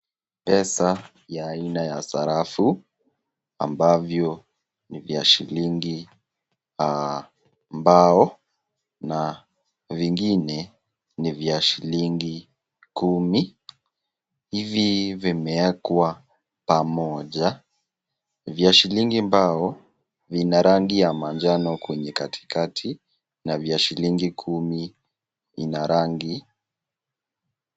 Pesa aina ya sarafu ambavyo ni vya shilingi mbao na vingine ni vya shilingi kumi. Hivi vimewekwa pamoja vya shilingi mbao vina na rangi ya majano kwenye katikati na vya shilingi kumi vina rangi.